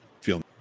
feel